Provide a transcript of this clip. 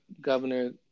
Governor